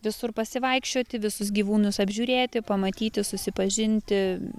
visur pasivaikščioti visus gyvūnus apžiūrėti pamatyti susipažinti